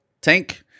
tank